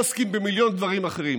או עוסקים במיליון דברים אחרים?